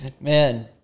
man